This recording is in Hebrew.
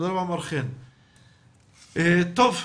טוב.